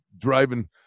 driving